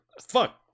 fuck